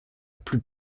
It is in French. plus